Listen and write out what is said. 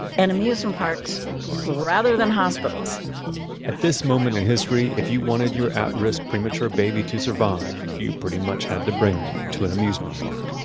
and amusement parks rather than hospitals at this moment in history, if you wanted your at-risk premature baby to survive, you pretty much had to bring them to an amusement park.